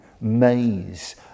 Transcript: maze